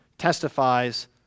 testifies